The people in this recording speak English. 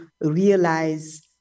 realize